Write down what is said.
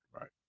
right